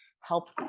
help